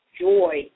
joy